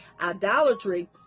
idolatry